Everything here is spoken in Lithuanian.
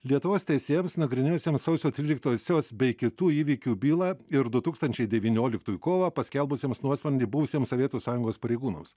lietuvos teisėjams nagrinėjusiems sausio tryliktosios bei kitų įvykių bylą ir du tūkstančiai devynioliktųjų kovą paskelbusiems nuosprendį buvusiems sovietų sąjungos pareigūnams